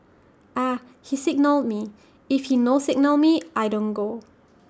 Ah He signal me if he no signal me I don't go